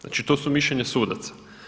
Znači to su mišljenja sudaca.